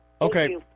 Okay